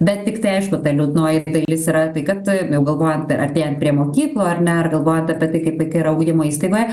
bet tiktai aišku ta liūdnoji dalis yra tai kad galvojant artėjant prie mokyklų ar ne ar galvojant apie tai kaip vaikai yra ugdymo įstaigoje